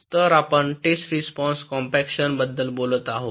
तर आपण test response compaction बद्दल बोलत आहोत